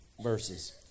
verses